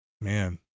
man